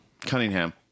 Cunningham